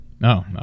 No